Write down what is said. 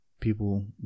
people